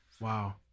Wow